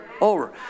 over